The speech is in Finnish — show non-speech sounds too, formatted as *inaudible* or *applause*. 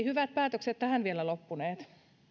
*unintelligible* hyvät päätökset tähän vielä loppuneet